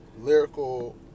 lyrical